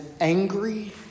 angry